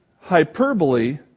hyperbole